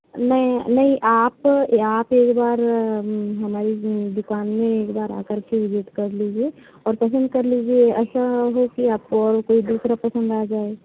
नहीं नहीं आप आप एक बार हमारी दुकान में एक बार आकर के विजिट कर लीजिए और पसंद कर लीजिए ऐसा है कि आपको और कोई दूसरा पसंद आ जाए